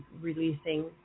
releasing